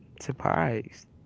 surprised